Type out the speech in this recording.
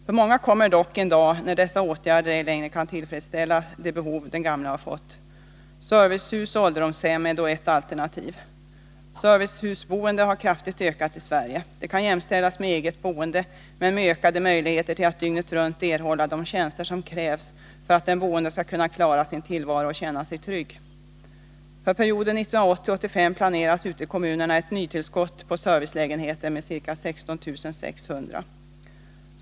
För många gamla kommer dock en dag när dessa åtgärder ej längre kan tillfredsställa de behov han eller hon har fått. Servicehus och ålderdomshem är då ett alternativ. Servicehusboendet har kraftigt ökat i Sverige. Det kan jämställas med eget boende men med ökade möjligheter till att dygnet runt erhålla de tjänster som krävs för att den boende skall kunna klara sin tillvaro och känna sig trygg. För perioden 1980-1985 planeras ute i kommunerna ett nytillskott av ca 16 600 servicelägenheter.